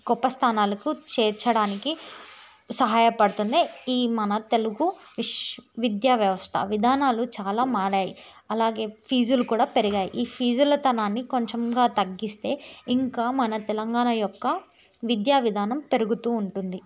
గొప్ప స్థానాలకు చేర్చడానికి సహాయపడుతుంది ఈ మన తెలుగు విశ్ విద్యా వ్యవస్థ విధానాలు చాలా మారాయి అలాగే ఫీజులు కూడా పెరిగాయి ఈ ఫీజులు తనాన్ని కొంచెం తగ్గిస్తే ఇంకా మన తెలంగాణ యొక్క విద్యా విధానం పెరుగుతు ఉంటుంది